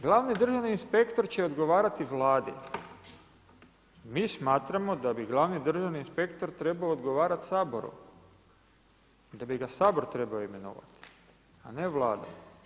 Glavni državni inspektor će odgovarati Vladi, mi smatramo da bi glavni državni inspektor trebao odgovarati Saboru, da bi ga Sabor trebao imenovati, a ne Vlada.